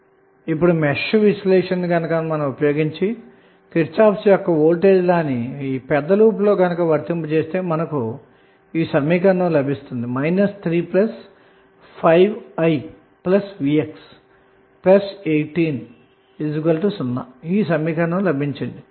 కాబట్టి ఇప్పుడు మెష్ విశ్లేషణను ఉపయోగించి కిర్చాఫ్ యొక్క వోల్టేజ్ లా ని పెద్ద లూప్లో వర్తింపచేస్తే మనకు 3 5i v x 18 0 సమీకరణం లభిస్తుంది